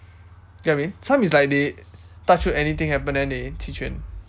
you get what I mean some is like they touch wood anything happen then they 弃权